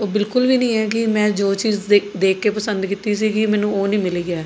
ਉਹ ਬਿਲਕੁਲ ਵੀ ਨਹੀਂ ਹੈ ਕਿ ਮੈਂ ਜੋ ਚੀਜ਼ ਦੇਖ ਦੇਖ ਕੇ ਪਸੰਦ ਕੀਤੀ ਸੀਗੀ ਮੈਨੂੰ ਉਹ ਨਹੀਂ ਮਿਲੀ ਹੈ